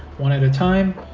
one at a time,